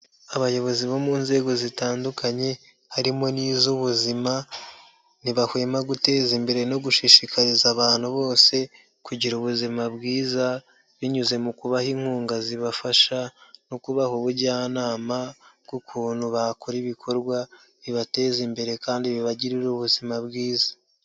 Abayobozi bo mu nzego zitandukanye, harimo n'iz'ubuzima, ntibahwema guteza imbere no gushishikariza abantu bose kugira ubuzima bwiza, binyuze mu kubaha inkunga zibafasha, no kubaha ubujyanama bw'ukuntu bakora ibikorwa bibateza imbere kandi bibagirira ubuzima bwiza.